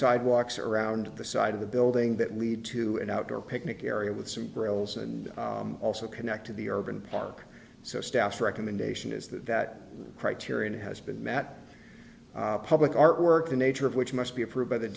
sidewalks around the side of the building that lead to an outdoor picnic area with some grills and also connect to the urban park so staff recommendation is that that criterion has been met public artwork the nature of which must be approved by the